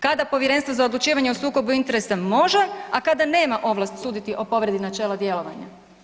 Kada Povjerenstvo za odlučivanje o sukobu interesa može, a kada nema ovlast suditi o povredi načela djelovanja?